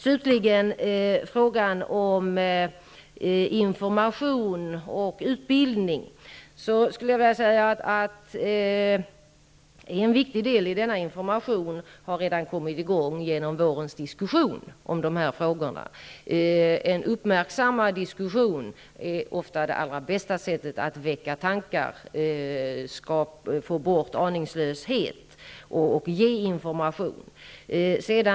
Slutligen till frågan om information och utbildning. En viktig del i denna information har redan kommit i gång genom vårens diskussion i dessa frågor. En uppmärksammad diskussion är ofta det allra bästa sättet att väcka tankar, få bort aningslöshet och ge information.